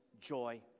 joy